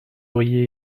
auriez